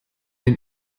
den